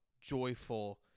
joyful